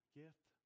gift